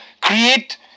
create